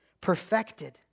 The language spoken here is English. Perfected